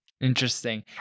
Interesting